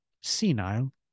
senile